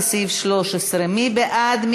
לסעיף 13. מי בעד?